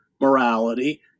morality